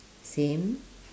same